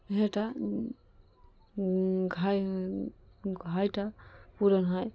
এটা ঘাই ঘাইটা পূরণ হয়